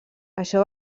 això